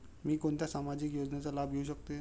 मी कोणत्या सामाजिक योजनेचा लाभ घेऊ शकते?